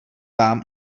vám